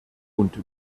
und